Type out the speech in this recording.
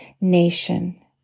nation